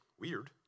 Weird